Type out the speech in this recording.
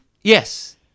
Yes